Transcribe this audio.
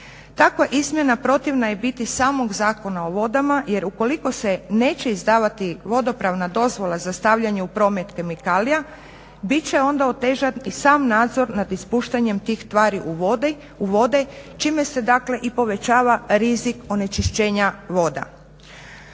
Takva izmjena protivna je biti samog Zakona o vodama jer ukoliko se neće izdavati vodopravna dozvola za stavljanje u promet kemikalija bit će onda i otežan i sam nadzor nad ispuštanjem tih tvari u vode čime se dakle i povećava rizik onečišćenja voda.